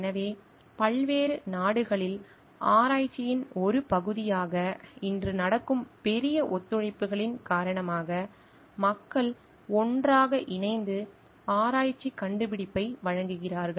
எனவே பல்வேறு நாடுகளில் ஆராய்ச்சியின் ஒரு பகுதியாக இன்று நடக்கும் பெரிய ஒத்துழைப்புகளின் காரணமாக மக்கள் ஒன்றாக இணைந்து ஆராய்ச்சி கண்டுபிடிப்பை வழங்குகிறார்கள்